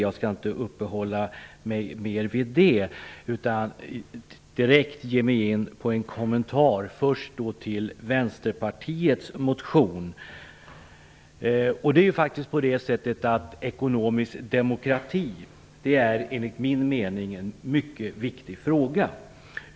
Jag skall inte uppehålla mig mer vid det utan direkt ge mig in på en kommentar - först då till Vänsterpartiets motion. Ekonomisk demokrati är enligt min mening en mycket viktig fråga.